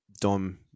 Dom –